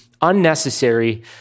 unnecessary